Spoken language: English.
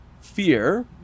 fear